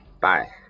Bye